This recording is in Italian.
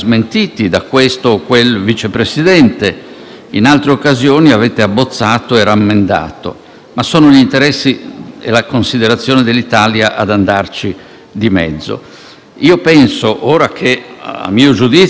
ma sono gli interessi e la considerazione dell'Italia ad andarci di mezzo. Ora che a mio giudizio - e credo a giudizio di molti - il Presidente del Consiglio appare rafforzato e apprezzato